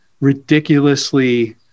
ridiculously